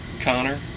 connor